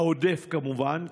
העודף, כמובן.